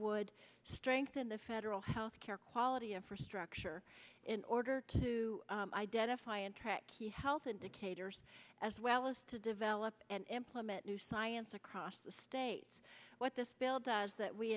would strengthen the federal health care quality infrastructure in order to identify and track key health indicators as well as to develop and implement new science across the states what this bill does that we